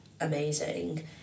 amazing